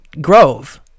grove